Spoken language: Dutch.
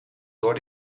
door